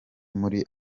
muri